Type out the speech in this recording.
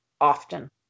often